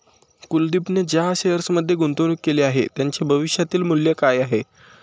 कुलदीपने ज्या शेअर्समध्ये गुंतवणूक केली आहे, त्यांचे भविष्यातील मूल्य काय आहे?